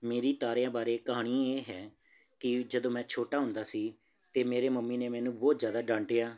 ਮੇਰੀ ਤਾਰਿਆਂ ਬਾਰੇ ਕਹਾਣੀ ਇਹ ਹੈ ਕਿ ਜਦੋਂ ਮੈਂ ਛੋਟਾ ਹੁੰਦਾ ਸੀ ਤਾਂ ਮੇਰੇ ਮੰਮੀ ਨੇ ਮੈਨੂੰ ਬਹੁਤ ਜ਼ਿਆਦਾ ਡਾਂਟਿਆ